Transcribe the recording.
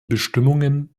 bestimmungen